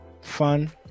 fun